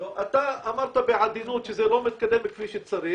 אתה אמרת בעדינות שזה לא מתקדם כפי שצריך